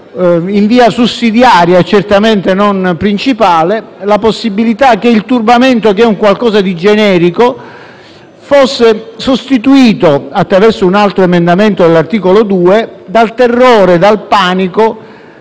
in via sussidiaria e certamente non principale, la possibilità che il turbamento, che è qualcosa di generico, fosse sostituito, attraverso un altro emendamento all'articolo 2, dal terrore e dal panico